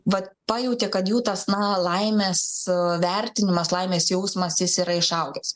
vat pajautė kad jau tas na laimės vertinimas laimės jausmas jis yra išaugęs